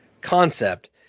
concept